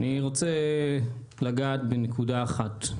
אני רוצה לגעת בנקודה אחת,